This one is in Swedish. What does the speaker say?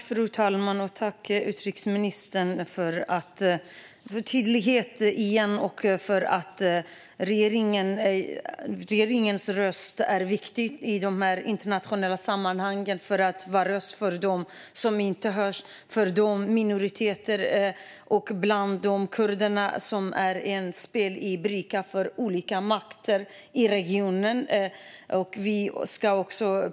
Fru talman! Tack, utrikesministern, för tydlighet igen! Regeringens röst är viktig i de internationella sammanhangen. Man är en röst för dem som inte hörs, för de minoriteter och de kurder som är en bricka i spelet för olika makter i regionen.